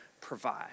provide